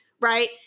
right